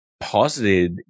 posited